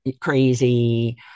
crazy